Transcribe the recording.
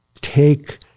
take